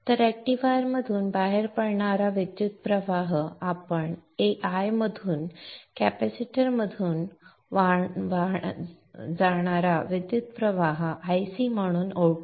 तर रेक्टिफायरमधून बाहेर पडणारा विद्युतप्रवाह आपण I म्हणून कॅपॅसिटरमधून जाणारा विद्युतप्रवाह Ic म्हणून ओळखू